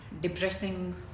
depressing